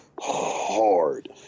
hard